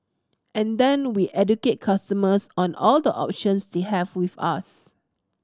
and then we educate customers on all the options they have with us